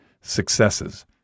successes